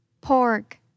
Pork